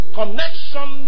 connection